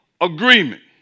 agreement